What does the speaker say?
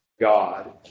God